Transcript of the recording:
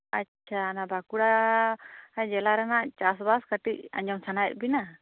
ᱟᱪᱪᱷᱟ ᱵᱟᱠᱩᱲᱟ ᱡᱮᱞᱟ ᱨᱮᱱᱟᱜ ᱪᱟᱥ ᱵᱟᱥ ᱠᱟᱹᱴᱤᱡ ᱟᱸᱡᱚᱢ ᱥᱟᱱᱟᱭᱮᱫ ᱵᱮᱱᱟ